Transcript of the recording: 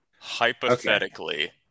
Hypothetically